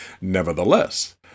Nevertheless